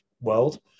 world